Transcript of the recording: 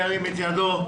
ירים את ידו.